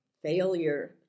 Failure